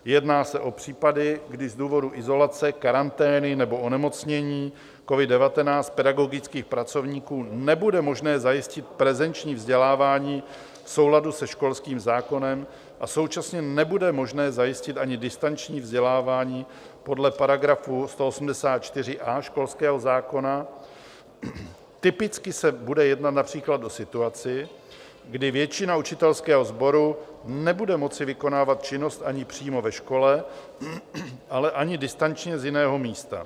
Jedná se o případy, kdy z důvodu izolace, karantény nebo onemocnění covid19 pedagogických pracovníků nebude možné zajistit prezenční vzdělávání v souladu se školským zákonem a současně nebude možné zajistit ani distanční vzdělávání podle § 184a školského zákona, typicky se bude jednat například o situaci, kdy většina učitelského sboru nebude moci vykonávat činnost ani přímo ve škole, ani distančně z jiného místa.